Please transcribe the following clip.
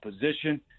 position